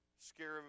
Scare